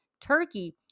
turkey